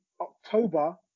October